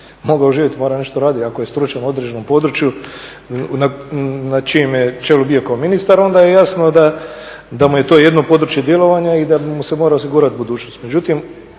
mogao živjeti, mora nešto raditi. Ako je stručan u određenom području na čijem je čelu bio kao ministar onda je jasno da mu je to jedno područje djelovanja i da mu se mora osigurati budućnost.